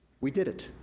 we did it,